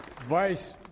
Vice